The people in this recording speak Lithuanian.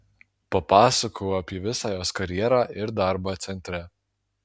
papasakojau apie visą jos karjerą ir darbą centre